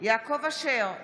יעקב אשר,